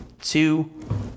two